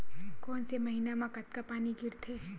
कोन से महीना म कतका पानी गिरथे?